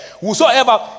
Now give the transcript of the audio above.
Whosoever